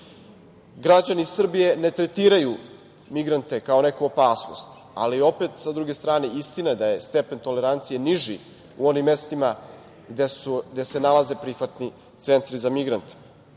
vestima. Građani Srbije ne tretiraju migrante kao neku opasnost, ali opet sa druge strane istina je da je stepen tolerancije niži u onim mestima gde se nalaze prihvatni centri za migrante.